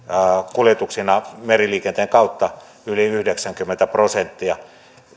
kuljetuksina meriliikenteen kautta on yli yhdeksänkymmentä prosenttia